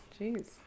jeez